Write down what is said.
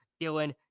Dylan